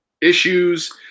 issues